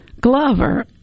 Glover